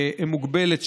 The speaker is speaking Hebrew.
מוגבלת,